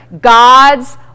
God's